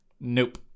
Nope